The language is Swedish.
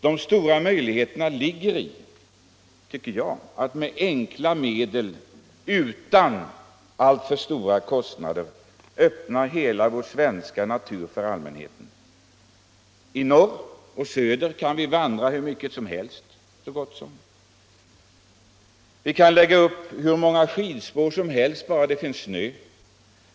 De stora möjligheterna ligger, anser jag, i att med enkla medel utan alltför stora kostnader öppna hela vår svenska natur för allmänheten. I norr och söder kan vi vandra nästan hur mycket som helst. Vi kan lägga upp hur många skidspår som helst bara det finns snö.